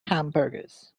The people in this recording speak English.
hamburgers